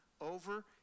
over